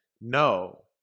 no